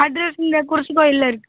address இந்த குடிசை கோயிலில் இருக்குது